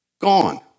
Gone